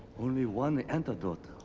only one antidote.